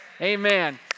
Amen